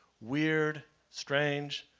weird strange.